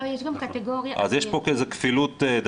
יש פה כפילות.